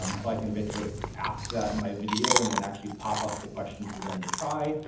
um so i can basically ask that in my video and then actually pop up the question for them to try,